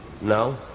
No